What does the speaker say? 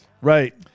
Right